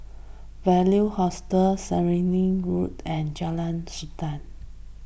Value Hostel Stirling Road and Jalan Sultan